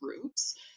groups